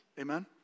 amen